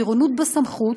טירונות בסמכות,